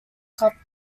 cup